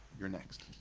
you're next